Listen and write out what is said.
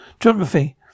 geography